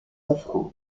offrandes